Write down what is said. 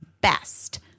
best